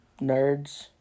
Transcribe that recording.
Nerds